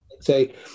Say